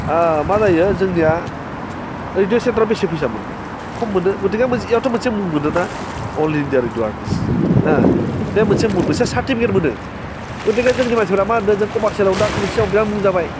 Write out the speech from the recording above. मा जायो जोंनिया खम मोनो गथिखे मोनसे मुं मोनोना अल इन्डिया रेडिअ आर्टिस्त हो बे मोनसे सार्टिफिकेट मोनो गथिखे जोंनि मानसिफ्रा मा होनो जों मुं जाबाय